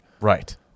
Right